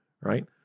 right